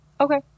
Okay